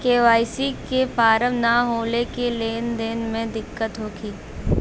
KYC के form न होले से लेन देन में दिक्कत होखी?